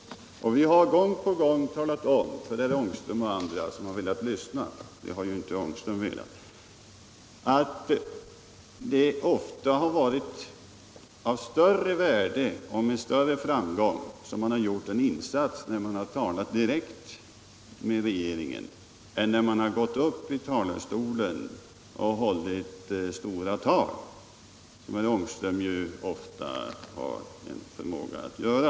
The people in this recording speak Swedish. Och vi har upprepade gånger talat om för herr Ångström — och för andra människor som velat lyssna; det har ju herr Ångström inte velat — att det ofta har varit av större värde och lett till större framgång att tala direkt med regeringen än att hålla stora tal från riksdagens talarstol, som ju herr Ångström har en förmåga att göra.